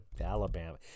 Alabama